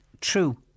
true